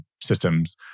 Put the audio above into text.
systems